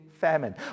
famine